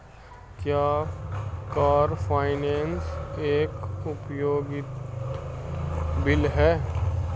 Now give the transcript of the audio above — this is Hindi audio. क्या कार फाइनेंस एक उपयोगिता बिल है?